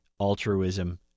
altruism